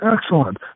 excellent